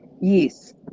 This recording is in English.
Yes